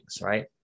right